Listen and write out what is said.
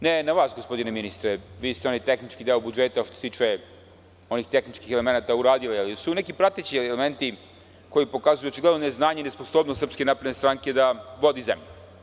Ne na vas, gospodine ministre, vi ste onaj tehnički deo budžeta što se tiče onih tehničkih elemenata uradili, ali su neki prateći elementi koji pokazuju očigledno neznanje i nesposobnost SNS da vodi zemlju.